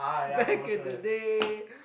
back in the day